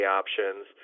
options